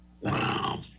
wow